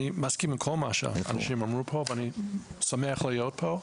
אני מסכים עם כל מה שהאנשים אמרו פה ואני שמח להיות פה.